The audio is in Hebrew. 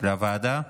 לוועדה?